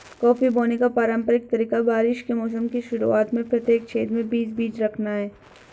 coffee बोने का पारंपरिक तरीका बारिश के मौसम की शुरुआत में प्रत्येक छेद में बीस बीज रखना है